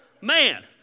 Man